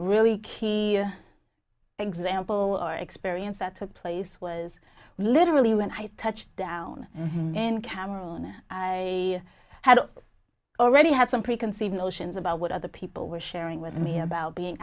key example or experience that took place was literally when i touched down and cam'ron i had already had some preconceived notions about what other people were sharing with me about being